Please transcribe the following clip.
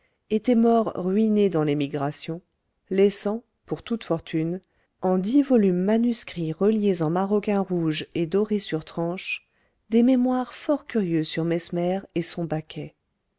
était mort ruiné dans l'émigration laissant pour toute fortune en dix volumes manuscrits reliés en maroquin rouge et dorés sur tranche des mémoires fort curieux sur mesmer et son baquet